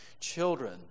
Children